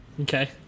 Okay